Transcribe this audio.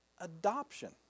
adoption